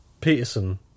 Peterson